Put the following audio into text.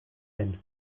zen